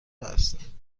است